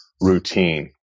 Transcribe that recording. routine